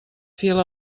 fil